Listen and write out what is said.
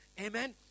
Amen